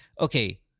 okay